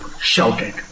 shouted